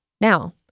Now